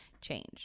change